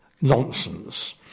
nonsense